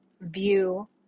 view